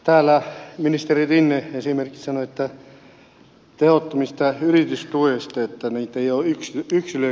täällä ministeri rinne esimerkiksi sanoi tehottomista yritystuista että niitä ei ole yksilöity